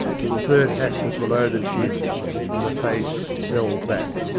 but the third hack was below the chin and the face fell back.